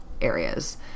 areas